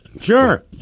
Sure